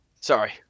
Sorry